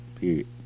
Period